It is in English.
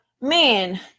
man